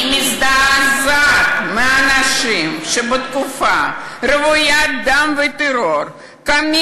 אני מזדעזעת מאנשים שבתקופה רוויית דם וטרור קמים